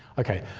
okay,